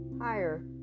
higher